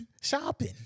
shopping